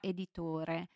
Editore